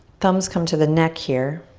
thumbs come to the neck here.